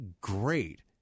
great